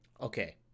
okay